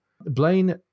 Blaine